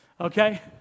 Okay